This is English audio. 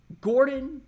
Gordon